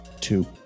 Two